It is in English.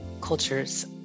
cultures